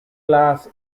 glass